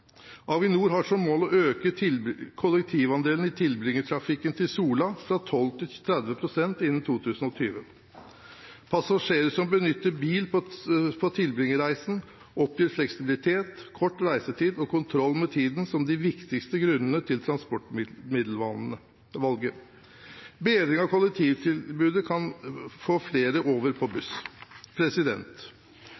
Avinor har som mål å øke kollektivandelen i tilbringertrafikken til Sola fra 12 pst. til 30 pst. innen 2020. Passasjerer som benytter bil på tilbringerreisen, oppgir fleksibilitet, kort reisetid og kontroll med tiden som de viktigste grunnene til transportmiddelvalget. Bedring av kollektivtilbudet kan få flere over på buss.